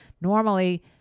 normally